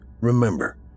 remember